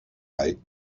right